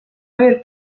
aver